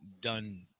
done